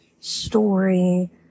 story